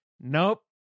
nope